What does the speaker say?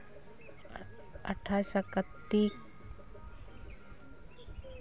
ᱟᱴᱷᱟᱥᱟ Kartik